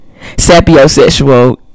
sapiosexual